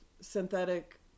synthetic